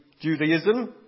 Judaism